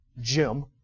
Jim